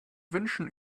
wünschen